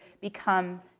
become